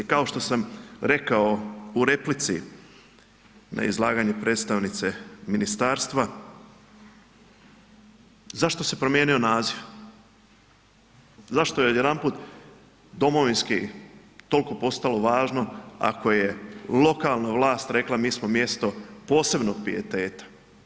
Kao što sam rekao u replici na izlaganje predstavnice ministarstva, zašto se promijeni naziv, zašto je odjedanput domovinsko toliko postalo važno ako je lokalna vlast rekla mi smo mjesto rekla posebnog pijeteta.